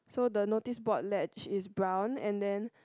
so the noticeboard latch is brown and then